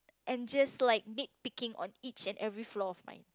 and just like nitpicking on each and every flaw of mine